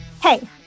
Hey